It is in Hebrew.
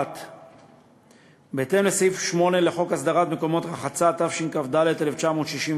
1. בסעיף 8 לחוק הסדרת מקומות רחצה, התשכ"ד 1964,